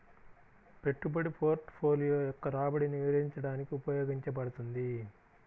పెట్టుబడి పోర్ట్ఫోలియో యొక్క రాబడిని వివరించడానికి ఉపయోగించబడుతుంది